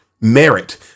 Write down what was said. merit